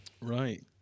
Right